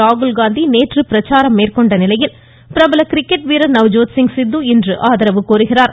ராகுல்காந்தி நேற்று பிரச்சாரம் மேற்கொண்ட நிலையில் பிரபல கிரிக்கெட் வீரர் நவ்ஜோத்சிங் சித்து இன்று ஆதரவு கோருகிறார்